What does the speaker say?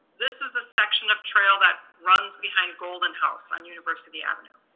this is the section of trail that runs behind golden house on university avenue.